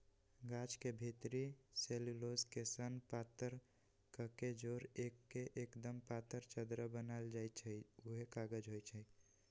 गाछ के भितरी सेल्यूलोस के सन पातर कके जोर के एक्दम पातर चदरा बनाएल जाइ छइ उहे कागज होइ छइ